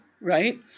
right